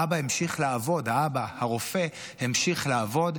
האבא המשיך לעבוד.